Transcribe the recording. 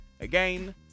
Again